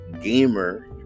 gamer